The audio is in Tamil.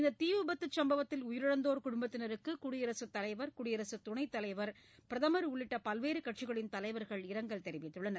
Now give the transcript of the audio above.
இந்த தீவிபத்து சம்பவத்தில் உயிரிழந்தோர் குடும்பத்தினருக்கு குடியரசுத் தலைவர் குடியரசுத் துணைத் தலைவர் பிரதமர் உள்ளிட்ட பல்வேறு கட்சிகளின் தலைவர்கள் இரங்கல் தெரிவித்துள்ளனர்